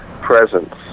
presence